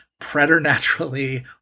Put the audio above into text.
preternaturally